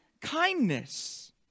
kindness